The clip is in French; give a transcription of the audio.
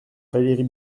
valérie